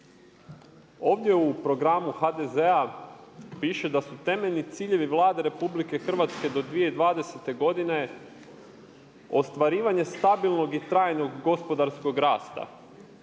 Ovdje u programu HDZ-a piše da su temeljni ciljevi Vlade Republike Hrvatske do 2020. godine ostvarivanje stabilnog i trajnog gospodarskog rasta,